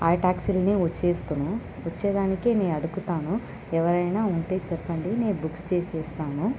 ఆ ట్యాక్సీలోనే వచేస్తును వచ్చేదానికి నేను అడుగుతాను ఎవరైనా ఉంటే చెప్పండి నేను బుక్ చేసి ఇస్తాను